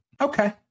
okay